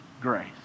grace